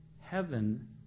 Heaven